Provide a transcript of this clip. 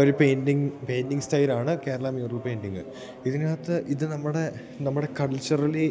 ഒരു painting painting സ്റ്റൈലാണ് Kerala mural painting ഇതിനകത്ത് ഇത് നമ്മുടെ നമ്മുടെ കൾച്ചറലി